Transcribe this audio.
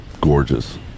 gorgeous